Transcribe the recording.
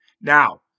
Now